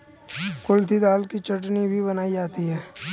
कुल्थी दाल की चटनी भी बनाई जाती है